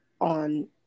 on